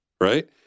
right